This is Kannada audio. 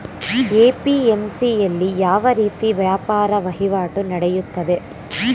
ಎ.ಪಿ.ಎಂ.ಸಿ ಯಲ್ಲಿ ಯಾವ ರೀತಿ ವ್ಯಾಪಾರ ವಹಿವಾಟು ನೆಡೆಯುತ್ತದೆ?